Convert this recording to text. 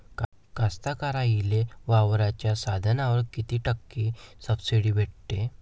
कास्तकाराइले वावराच्या साधनावर कीती टक्के सब्सिडी भेटते?